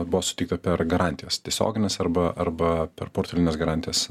buvo suteikta per garantijas tiesiogines arba arba per portfelines garantijas